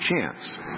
chance